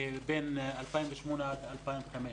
בין 2008 עד 2015,